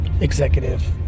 executive